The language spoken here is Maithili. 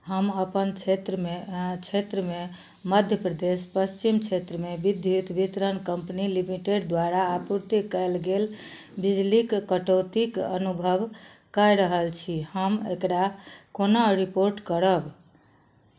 हम अपन क्षेत्रमे क्षेत्रमे मध्य प्रदेश पश्चिम क्षेत्रमे बिद्युत बितरण कम्पनी लिमिटेड द्वारा आपूर्ति कयल गेल बिजलीक कटौतीक अनुभव कय रहल छी हम एकरा कोना रिपोर्ट करब